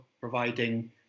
providing